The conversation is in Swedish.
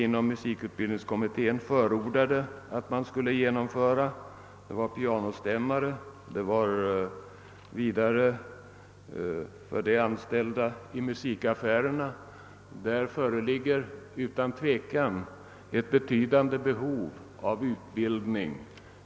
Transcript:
Musikutbildningskommittén förordade även upprättandet av utbildningslinjer för pianostämmare och för anställda i musikaffärerna. Särskilt för den senare gruppen föreligger utan tvivel ett betydande behov av utbildning.